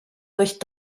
durch